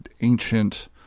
ancient